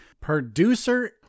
Producer